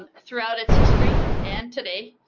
um throughout its history and today,